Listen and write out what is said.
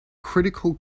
critical